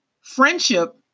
friendship